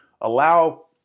allow